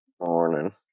Morning